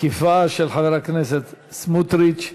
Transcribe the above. של חבר הכנסת סמוטריץ.